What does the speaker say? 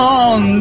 on